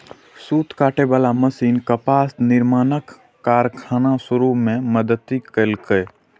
सूत काटे बला मशीन कपास निर्माणक कारखाना शुरू मे मदति केलकै